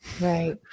Right